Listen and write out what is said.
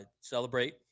celebrate